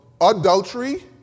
adultery